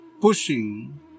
pushing